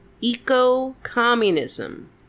eco-communism